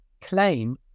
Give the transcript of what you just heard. claim